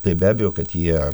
tai be abejo kad jie